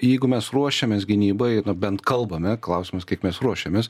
jeigu mes ruošiamės gynybai bent kalbame klausimas kaip mes ruošiamės